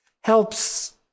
helps